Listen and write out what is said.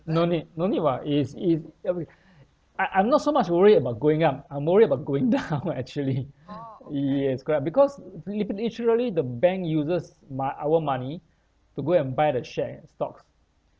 no need no need [what] is if okay I~ I'm not so much worry about going up I'm worry about going down actually y~ yes correct because lit~ literally the bank uses my our money to go and buy the share stocks